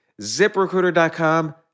ZipRecruiter.com